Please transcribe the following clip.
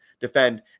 defend